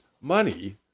money